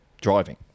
driving